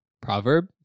Proverb